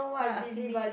then I ask him Miss